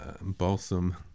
balsam